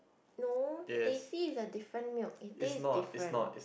no teh C is a different milk it taste different